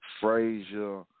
Frazier